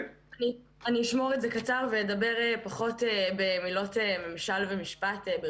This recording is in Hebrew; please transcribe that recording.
אני אדבר קצר ופחות במילים של מממשל ומשפט.